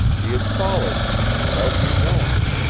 he had follered me, without me knowing.